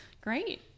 Great